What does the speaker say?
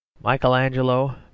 Michelangelo